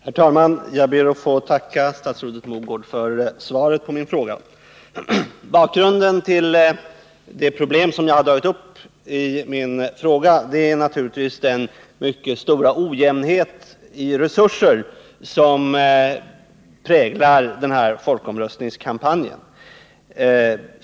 Herr talman! Jag ber att få tacka statsrådet Mogård för svaret på min fråga. Bakgrunden till det problem som jag har tagit upp i min fråga är naturligtvis den mycket stora ojämnhet i resurser som präglar folkomröstningskampanjen.